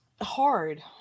hard